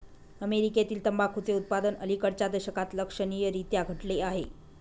अमेरीकेतील तंबाखूचे उत्पादन अलिकडच्या दशकात लक्षणीयरीत्या घटले आहे